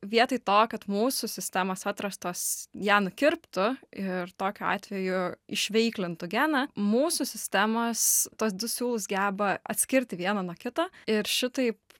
vietoj to kad mūsų sistemos atrastos ją nukirptų ir tokiu atveju išveiklintų geną mūsų sistemos tuos du siūlus geba atskirti vieną nuo kito ir šitaip